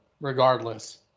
regardless